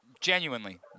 Genuinely